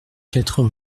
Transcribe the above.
quatre